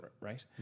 right